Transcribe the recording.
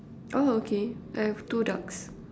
oh okay I have two ducks